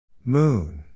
Moon